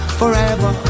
forever